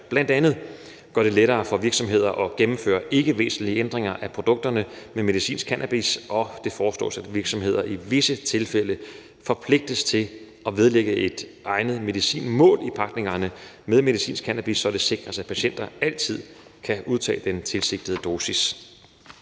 bl.a. gør det lettere for virksomheder at gennemføre ikkevæsentlige ændringer af produkter med medicinsk cannabis. Og det foreslås, at virksomheder i visse tilfælde forpligtes til at vedlægge et egnet medicinmål i pakningerne med medicinsk cannabis, så det sikres, at patienter altid kan udtage den tilsigtede dosis.